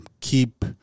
keep